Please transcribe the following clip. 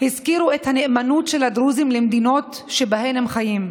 הזכירו את הנאמנות של הדרוזים למדינות שבהן הם חיים.